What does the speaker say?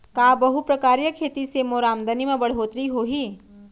का बहुप्रकारिय खेती से मोर आमदनी म बढ़होत्तरी होही?